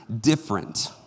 different